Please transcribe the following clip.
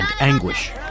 anguish